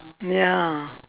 ya